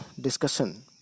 discussion